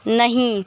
नहीं